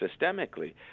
systemically